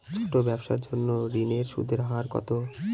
ছোট ব্যবসার জন্য ঋণের সুদের হার কত?